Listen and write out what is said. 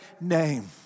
name